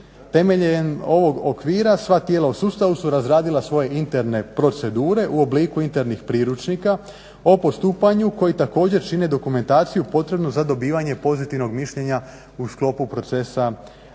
Temeljem ovog okvira sva tijela u sustavu su razradila svoje interne procedure u obliku internih priručnika o postupanju koji također čine dokumentaciju potrebnu za dobivanje pozitivnog mišljenja u sklopu procesa